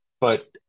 but-